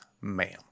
ma'am